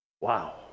Wow